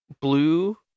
blue